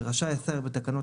רשאי השר בתקנות,